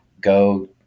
go